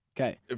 Okay